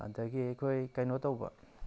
ꯑꯗꯒꯤ ꯑꯩꯈꯣꯏ ꯀꯩꯅꯣ ꯇꯧꯕ